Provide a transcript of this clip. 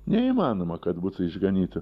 neįmanoma kad būtų išganyta